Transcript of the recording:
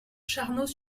charnoz